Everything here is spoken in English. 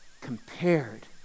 compared